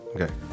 Okay